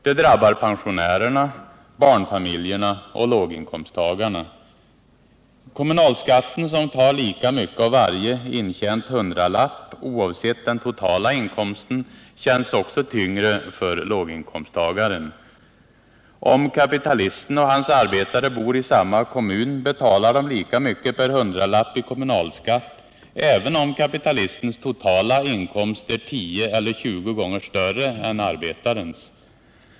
Det drabbar pensionärerna, barnfamiljerna och låginkomsttagarna. Kommunalskatten, som tar lika mycket av varje intjänad hundralapp oavsett den totala inkomsten, känns tyngre för låginkomsttagare. Om kapitalisten och hans arbetare bor i samma kommun betalar de lika mycket per hundralapp i kommunalskatt, även om kapitalistens totala inkomster är tio eller tjugo gånger större än arbetarens.